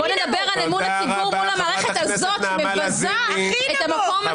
בוא נדבר על אמון הציבור מול המערכת הזאת שמבזה את המקום הזה.